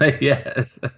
Yes